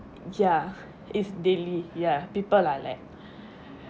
ya it's daily ya people are like